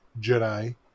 Jedi